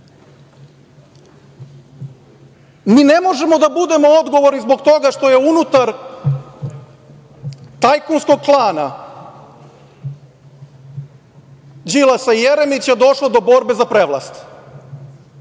Mi ne možemo da budemo odgovorni zbog toga što je unutar tajkunskog klana Đilasa i Jeremića došlo do borbe za prevlast,